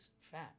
fat